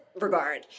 regard